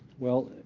well,